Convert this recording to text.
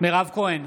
מירב כהן,